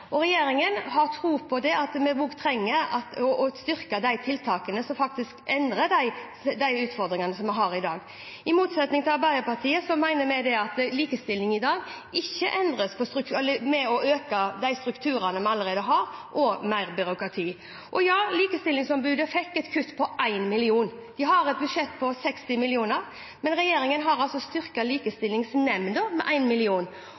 Regjeringen har tro på at vi trenger å styrke de tiltakene som faktisk endrer de utfordringene vi har i dag. I motsetning til Arbeiderpartiet mener vi at likestilling i dag ikke endres ved å styrke de strukturene vi allerede har, og ved mer byråkrati. Ja, Likestillingsombudet fikk et kutt på 1 mill. kr. De har et budsjett på 60 mill. kr, men regjeringen har styrket Likestillingsnemnda med